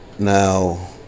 Now